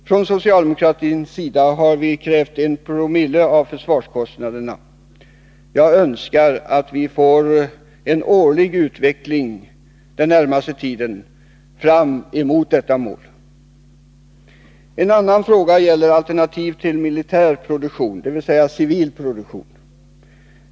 Från socialdemokratins sida har vi krävt 1 Joo av försvarskostnaderna. Jag önskar att vi får en årlig utveckling den närmaste tiden fram emot detta mål. En annan fråga gäller alternativ till militär produktion, dvs. civil produktion.